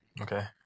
Okay